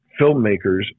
filmmakers